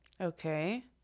Okay